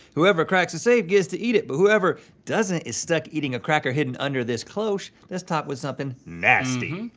whoever cracks the safe gets to eat it, but whoever doesn't is stuck eating a cracker hidden under this cloche that's topped with something nasty.